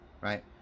right